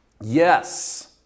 Yes